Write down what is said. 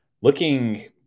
looking